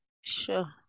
Sure